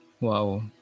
wow